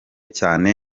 cyane